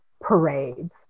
parades